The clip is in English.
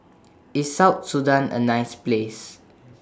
IS South Sudan A nice Place